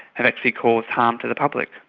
have actually caused harm to the public,